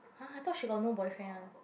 !huh! I thought she got no boyfriend one